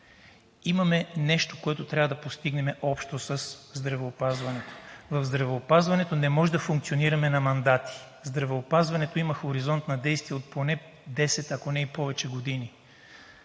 Имаме нещо, което трябва да постигнем общо със здравеопазването. В здравеопазването не може да функционираме на мандати. Здравеопазването има хоризонт на действие от поне 10, а ако не и повече години.